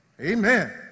Amen